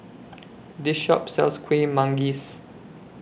This Shop sells Kuih Manggis